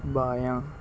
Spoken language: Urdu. بایاں